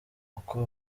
uko